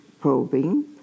probing